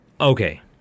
Okay